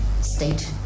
state